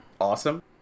awesome